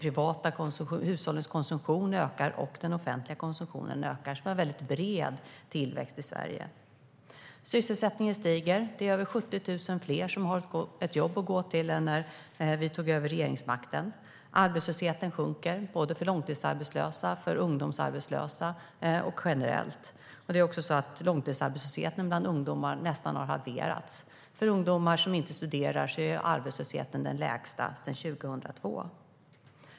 Hushållens konsumtion ökar, och den offentliga konsumtionen ökar. Vi har en väldigt bred tillväxt i Sverige. Sysselsättningen stiger. Det är över 70 000 fler som har ett jobb att gå till än när vi tog över regeringsmakten. Arbetslösheten sjunker för långtidsarbetslösa, för ungdomsarbetslösa och generellt. Det är också så att långtidsarbetslösheten bland ungdomar nästan har halverats. För ungdomar som inte studerar är arbetslösheten den lägsta sedan 2002.